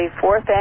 fourth